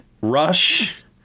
Rush